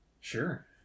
Sure